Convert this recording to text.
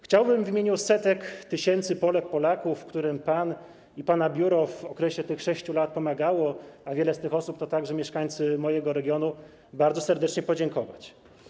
Chciałbym w imieniu setek tysięcy Polek, Polaków, którym pan i pana biuro w okresie tych 6 lat pomagaliście - a wiele z tych osób to także mieszkańcy mojego regionu - bardzo serdecznie podziękować.